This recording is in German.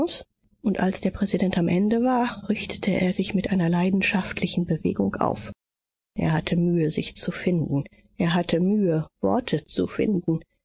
und als der präsident am ende war richtete er sich mit einer leidenschaftlichen bewegung auf er hatte mühe sich zu finden er hatte mühe worte zu finden